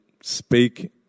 speak